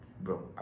bro